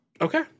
Okay